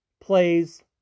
plays